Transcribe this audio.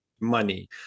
money